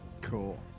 Cool